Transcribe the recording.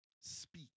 speak